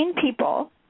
people